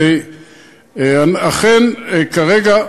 ואכן, כרגע,